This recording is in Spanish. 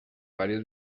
varios